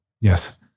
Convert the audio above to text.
Yes